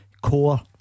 Core